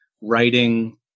writing